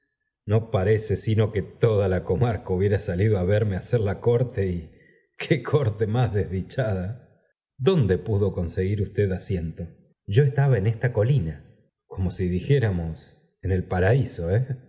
no parece sino que toda la comarca hubiera salido á verme hacer la corte y qué corte más desdichada dónde pudo conseguir usted asiento yo estaba en esta colina como si dijéramos en el paraíso